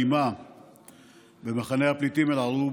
ב-11 בנובמבר התקיימה הפרת סדר אלימה במחנה הפליטים אל-ערוב.